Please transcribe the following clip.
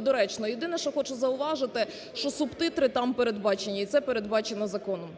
доречно. Єдине, що хочу зауважити, що субтитри там передбачені, і це передбачено законом.